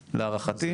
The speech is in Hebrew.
להערכתי,